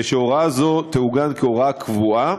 וכי הוראה זו תעוגן כהוראה קבועה.